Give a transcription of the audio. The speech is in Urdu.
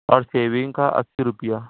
اور شیونگ کا اسّی روپیہ